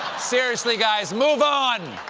seriously, guys! move on!